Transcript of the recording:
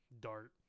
Dart